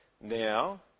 Now